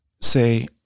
say